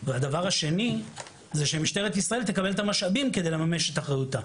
והדבר השני זה שמשטרת ישראל תקבל את המשאבים כדי לממש את אחריותה.